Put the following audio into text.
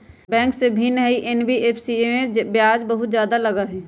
Bank से भिन्न हई एन.बी.एफ.सी इमे ब्याज बहुत ज्यादा लगहई?